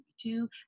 two